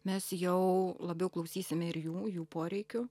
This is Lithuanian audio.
mes jau labiau klausysime ir jų jų poreikių